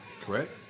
correct